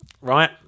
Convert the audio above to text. right